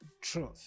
truth